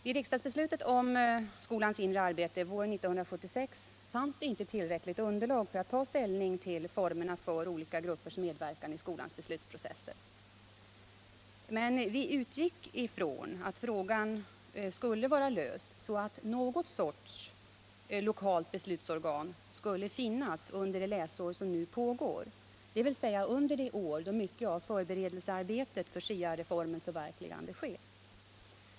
Vid riksdagsbeslutet om skolans inre arbete våren 1976 fanns inte tillräckligt underlag för att ta ställning till formerna för olika gruppers medverkan i skolans beslutsprocesser. Vi utgick dock ifrån att frågan skulle vara löst så att något slags lokalt beslutsorgan skulle finnas under det läsår som nu pågår, dvs. det år då så mycket av förberedelsearbetet för SIA-reformens förverkligande sker.